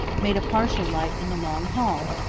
made a partial light in the long hall,